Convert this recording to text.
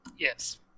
Yes